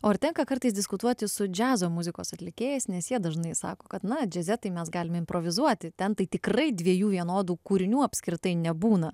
o ar tenka kartais diskutuoti su džiazo muzikos atlikėjais nes jie dažnai sako kad na džiaze tai mes galime improvizuoti ten tai tikrai dviejų vienodų kūrinių apskritai nebūna